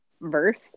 verse